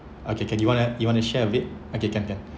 okay can you wanna you wanna share a bit okay can can